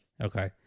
Okay